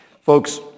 Folks